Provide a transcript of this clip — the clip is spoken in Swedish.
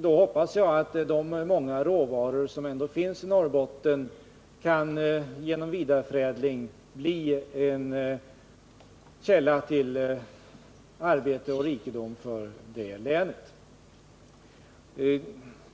Då hoppas jag att de många råvaror som ändå finns i Norrbotten genom vidareförädling kan bli en källa till arbete och rikedom för hela länet.